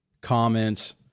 comments